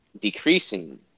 decreasing